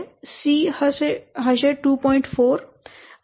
4 અને k બરાબર 1